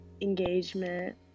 engagement